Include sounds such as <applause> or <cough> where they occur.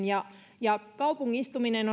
<unintelligible> ja ja ilmastonmuutos kaupungistuminen <unintelligible>